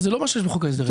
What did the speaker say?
זה לא מה שיש בחוק ההסדרים.